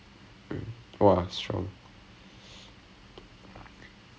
but err when I remember australia vs south africa